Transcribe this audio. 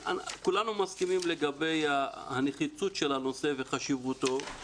כולנו מסכימים לגבי הנחיצות של הנושא וחשיבותו.